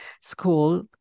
school